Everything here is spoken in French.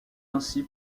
ainsi